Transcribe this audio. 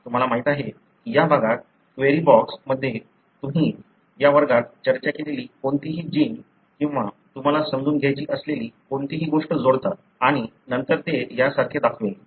तुम्हाला माहीत आहे की या भागात क्वेरी बॉक्स मध्ये तुम्ही या वर्गात चर्चा केलेली कोणतीही जीन किंवा तुम्हाला समजून घ्यायची असलेली कोणतीही गोष्ट जोडता आणि नंतर ते यासारखे दाखवेल